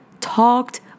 talked